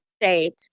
state